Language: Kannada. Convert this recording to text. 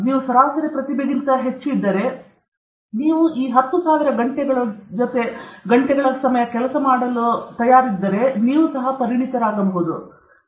ನೀವು ಸರಾಸರಿ ಗುಪ್ತಚರಕ್ಕಿಂತ ಹೆಚ್ಚು ಇದ್ದರೆ ನೀವು ಈ 10000 ಗಂಟೆಗಳೊಳಗೆ ಹಾಕಿದರೆ ಯಾರಾದರೂ ಪರಿಣಿತರಾಗಬಹುದು